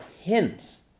hints